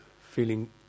feeling